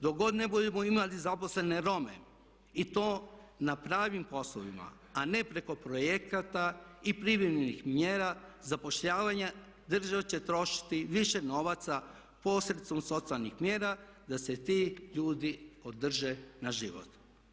Dok god ne budemo imali zaposlene Rome i to na pravim poslovima, a ne preko projekata i privremenih mjera zapošljavanja država će trošiti više novaca posredstvom socijalnih mjera da se ti ljudi održe na životu.